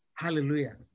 Hallelujah